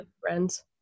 Friends